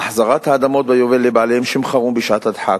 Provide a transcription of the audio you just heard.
החזרת האדמות ביובל לבעליהן שמכרון בשעת הדחק,